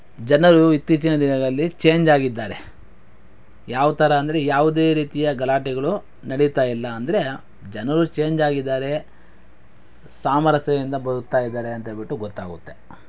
ಜನರು ಇತ್ತೀಚಿನ ದಿನಗಳಲ್ಲಿ ಚೇಂಜ್ ಆಗಿದ್ದಾರೆ ಯಾವ ಥರ ಅಂದರೆ ಯಾವುದೇ ರೀತಿಯ ಗಲಾಟೆಗಳು ನಡೆಯುತ್ತಾಯಿಲ್ಲ ಅಂದರೆ ಜನರು ಚೇಂಜ್ ಆಗಿದ್ದಾರೆ ಸಾಮರಸ್ಯದಿಂದ ಬದುಕ್ತಾಯಿದ್ದಾರೆ ಅಂತ ಹೇಳ್ಬಿಟ್ಟು ಗೊತ್ತಾಗುತ್ತೆ